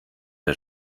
der